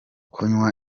kunywa